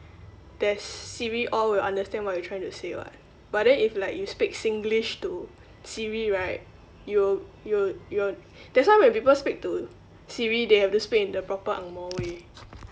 there's siri all will understand what you trying to say [what] but then if like you speak singlish to siri right you'll you'll you'll that's why when people speak to siri they have to speak in the proper angmoh way